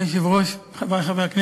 אדוני היושב-ראש, חברי חברי הכנסת,